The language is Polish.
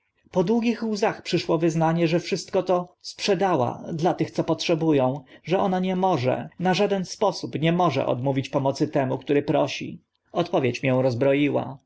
po długich łzach przyszło wyznanie że wszystko to sprzedała dla tych co potrzebu ą że ona nie może na żaden sposób nie może odmówić pomocy temu który prosi odpowiedź mię rozbroiła